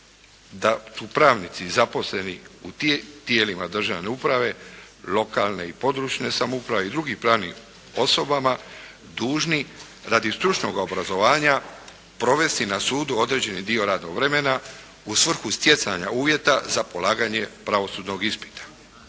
da su pravnici zaposleni u tijelima državne uprave, lokalne i područne samouprave i drugim pravnim osobama dužni radi stručnog obrazovanja provesti na sudu određeni dio radnog vremena u svrhu stjecanja uvjeta za polaganje pravosudnog ispita.